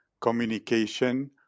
communication